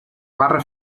barra